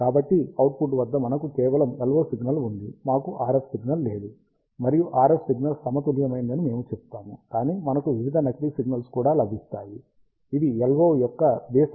కాబట్టి అవుట్పుట్ వద్ద మనకు కేవలం LO సిగ్నల్ ఉంది మాకు RF సిగ్నల్ లేదు మరియు RF సిగ్నల్ సమతుల్యమైందని మేము చెప్తాము కాని మనకు వివిధ నకిలీ సిగ్నల్స్ కూడా లభిస్తాయి ఇవి LO యొక్క బేసి హార్మోనిక్స్ చుట్టూ కేంద్రీకృతమై ఉన్నాయి